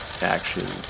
action